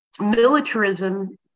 militarism